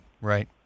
right